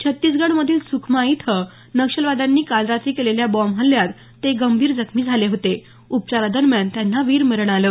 छत्तीसगड मधील सुखमा इथं नक्षलवाद्यांनी काल रात्री केलेल्या बॉम्ब हल्ल्यात ते गंभीर जखमी झाले होते उपचारांदरम्यान त्यांना विरमरण आलं